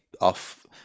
off